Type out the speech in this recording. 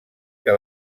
que